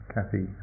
Kathy